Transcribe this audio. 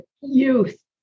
youth